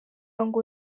ngo